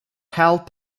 howell